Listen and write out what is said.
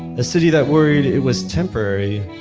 a city that worried it was temporary,